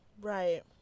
Right